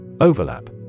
Overlap